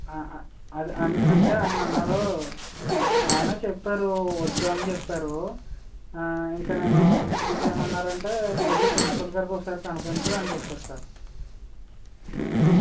అది అంటే ఆయన అన్నారు ఆయన చెప్పారు వద్దని చెప్పారు ఇంక నేను ఇంకేమన్నారంటే వెళ్లి ప్రిన్సిపాల్ గారికి ఒకసారి కనిపించు అని చెప్పారు సార్